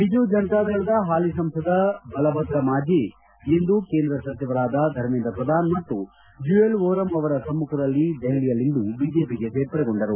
ಬಿಜು ಜನತಾದಳದ ಹಾಲಿ ಸಂಸದ ಬಲಭದ್ರ ಮಾಜ್ಜಿ ಇಂದು ಕೇಂದ್ರ ಸಚಿವರಾದ ಧರ್ಮೇಂದ್ರ ಪ್ರದಾನ್ ಮತ್ತು ಜ್ಲೂಯಲ್ ಓರಮ್ ಅವರ ಸಮ್ನಖದಲ್ಲಿ ದೆಹಲಿಯಲ್ಲಿಂದು ಬಿಜೆಪಿಗೆ ಸೇರ್ಪಡೆಗೊಂಡರು